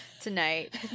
tonight